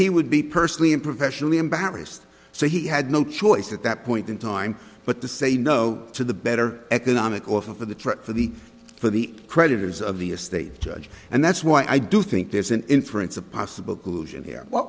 he would be personally and professionally embarrassed so he had no choice at that point in time but to say no to the better economic offer for the trip for the for the creditors of the estate judge and that's why i do think there's an inference of possible collusion here w